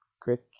quick